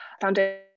foundation